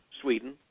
Sweden